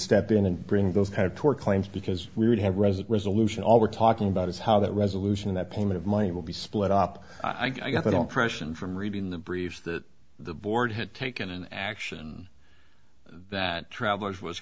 step in and bring those kind of tort claims because we would have resit resolution all we're talking about is how that resolution that payment of money will be split up i don't pression from reading the briefs that the board had taken an action that travelers was